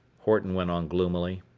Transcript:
horton went on gloomily.